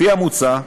לפי המוצע,